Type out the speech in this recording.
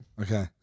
Okay